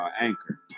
Anchor